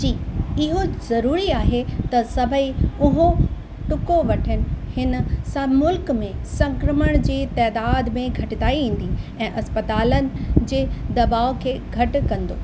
जी इहो ज़रूरी आहे त सभई उहो टुको वठन हिन सां मुल्क में संक्रमण जे तइदाद में घटिताई ईंदी ऐं अस्पतालन जे दॿाउ खे घटि कंदो